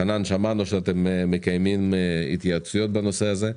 חנן, שמענו שאתם מקיימים התייעצויות בנושא הזה.